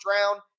round